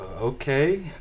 okay